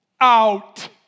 Out